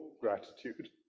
gratitude